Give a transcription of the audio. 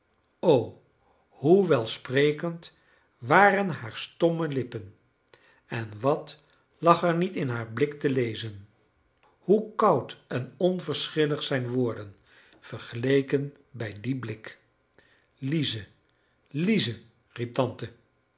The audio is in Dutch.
o hoe welsprekend waren hare stomme lippen en wat lag er niet in haar blik te lezen hoe koud en onverschillig zijn woorden vergeleken bij dien blik lize lize